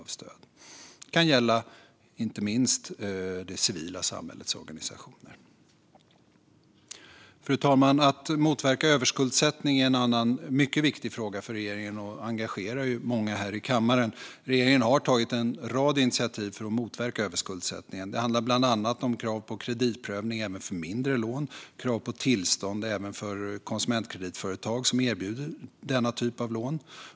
Inte minst kan detta gälla det civila samhällets organisationer. Fru talman! Att motverka överskuldsättning är en annan mycket viktig fråga för regeringen och något som engagerar många här i kammaren. Regeringen har tagit en rad initiativ för att motverka överskuldsättningen. Det handlar bland annat om krav på kreditprövning även för mindre lån och krav på tillstånd även för konsumentkreditföretag som erbjuder denna typ av lån.